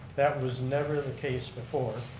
that was never the case before.